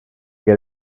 get